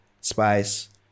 Spice